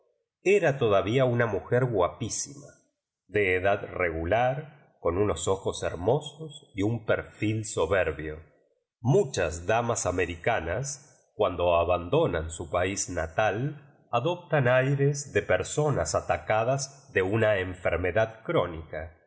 era todavía una mujer guapísima de edad regular con unos ojos herniosos y urs perfil soberbio muchas damas americanas cuando aban donan su país natal adoptan aires de per sonas atacadas de una enfermedad crónica